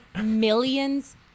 millions